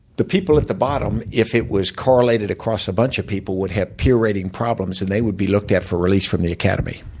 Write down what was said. the people at the bottom, if it was correlated across a bunch of people, would have peer-rating problems, and they would be looked at for release from the academy.